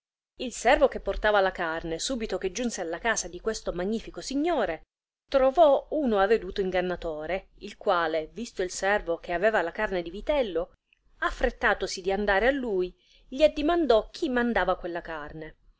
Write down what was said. il servo che portava la carne subito che giunse alla casa di questo magnifico signore trovò uno aveduto ingannatore il quale visto il servo che aveva la carne di vitello aff'rettatosi di andare a lui gli addimandò chi mandava quella carne